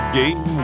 game